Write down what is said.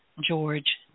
George